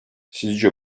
sizce